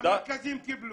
המרכזים קיבלו.